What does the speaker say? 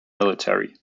military